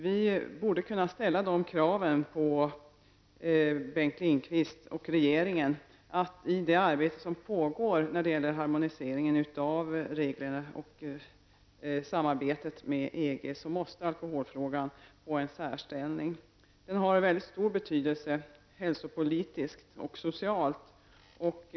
Vi borde kunna ställa kraven på Bengt Lindqvist och regeringen att i det arbete som pågår när det gäller harmonisering av reglerna och samarbetet med EG verka för att alkoholfrågan får en särställning. Den har en stor betydelse hälsopolitiskt och socialt.